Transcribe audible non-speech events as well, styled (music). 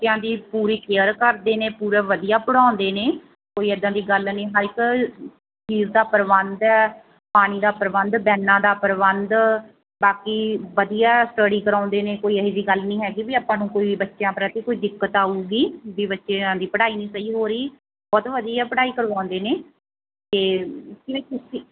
ਬੱਚਿਆਂ ਦੀ ਪੂਰੀ ਕੇਅਰ ਕਰਦੇ ਨੇ ਪੂਰਾ ਵਧੀਆ ਪੜ੍ਹਾਉਂਦੇ ਨੇ ਕੋਈ ਇੱਦਾਂ ਦੀ ਗੱਲ ਨਹੀਂ ਹਰ ਇੱਕ ਚੀਜ਼ ਦਾ ਪ੍ਰਬੰਧ ਹੈ ਪਾਣੀ ਦਾ ਪ੍ਰਬੰਧ ਵੈਨਾਂ ਦਾ ਪ੍ਰਬੰਧ ਬਾਕੀ ਵਧੀਆ ਸਟੱਡੀ ਕਰਵਾਉਂਦੇ ਨੇ ਕੋਈ ਇਹੋ ਜਿਹੀ ਗੱਲ ਨਹੀਂ ਹੈਗੀ ਵੀ ਆਪਾਂ ਨੂੰ ਕੋਈ ਬੱਚਿਆਂ ਪ੍ਰਤੀ ਕੋਈ ਦਿੱਕਤ ਆਊਗੀ ਵੀ ਬੱਚਿਆਂ ਦੀ ਪੜ੍ਹਾਈ ਨਹੀਂ ਸਹੀ ਹੋ ਰਹੀ ਬਹੁਤ ਵਧੀਆ ਪੜ੍ਹਾਈ ਕਰਵਾਉਂਦੇ ਨੇ ਅਤੇ (unintelligible)